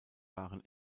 waren